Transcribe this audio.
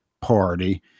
Party